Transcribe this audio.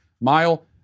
mile